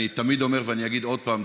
אני תמיד אומר ואני אגיד עוד פעם,